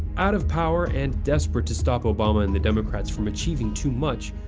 out of power and desperate to stop obama and the democrats from achieving too much,